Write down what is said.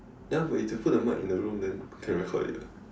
then if I put the mic in the room then can record already [what]